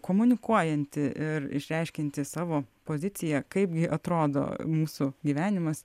komunikuojanti ir išreiškianti savo poziciją kaipgi atrodo mūsų gyvenimas